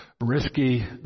risky